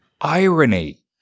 Irony